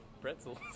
Pretzels